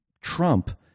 Trump